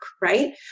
right